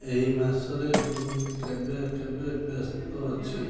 ଏହି ମାସରେ ମୁଁ କେବେ କେବେ ବ୍ୟସ୍ତ ଅଛି